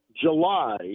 July